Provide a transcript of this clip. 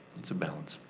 it's a balance.